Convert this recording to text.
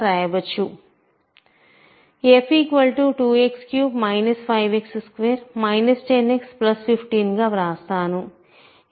f 2x3 5x2 10x15గా వ్రాస్తాను